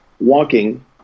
walking